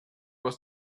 was